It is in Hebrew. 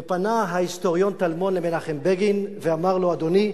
ופנה ההיסטוריון טלמון אל מנחם בגין ואמר לו: אדוני,